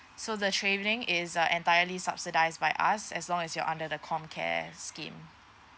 so the training is uh entirely subsidised by us as long as you're under the comcare scheme